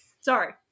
Sorry